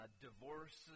divorces